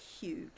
huge